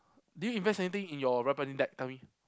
did you invest anything in your deck tell me